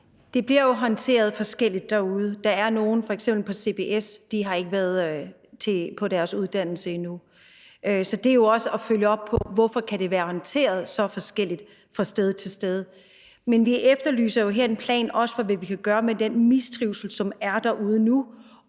Det bliver jo håndteret forskelligt derude. Der er f.eks. nogle på CBS, der ikke har været på deres uddannelse endnu. Så det handler også om at følge op på, hvorfor det har været håndteret så forskelligt fra sted til sted. Men vi efterlyser også en plan for, hvad vi kan gøre ved den mistrivsel, som er derude nu,